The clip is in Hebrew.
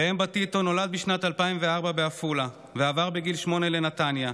ראם בטיטו נולד בשנת 2004 בעפולה ועבר בגיל שמונה לנתניה,